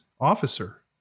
officer